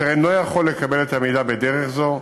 שאינם יכולים לקבל את המידע בדרך זו,